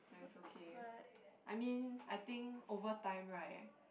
ya it's okay I mean I think over time right